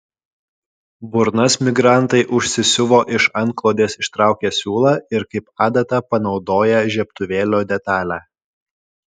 burnas migrantai užsisiuvo iš antklodės ištraukę siūlą ir kaip adatą panaudoję žiebtuvėlio detalę